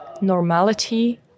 normality